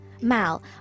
Mal